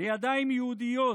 לידיים יהודיות,